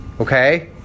okay